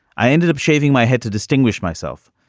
i ended up shaving my head to distinguish myself.